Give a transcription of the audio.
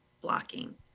blocking